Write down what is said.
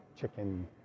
chicken